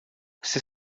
você